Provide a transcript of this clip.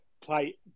play